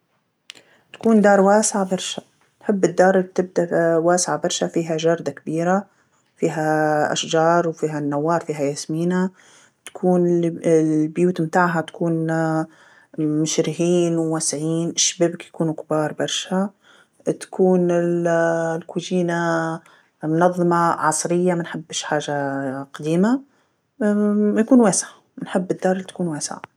تكون دار واسعه برشا، نحب الدار اللي تبدا واسعه برشا، فيها جرده كبيره، فيها أشجار وفيها نوار فيها ياسمينه، تكون البيوت متاعها تكون مشرحين وواسعين، الشبابك يكونو كبار برشا، تكون ال- الكوزينه منظمه عصريه مانحبش حاجه قديمه ويكون واسع، نحب الدار اللي تكون واسعه.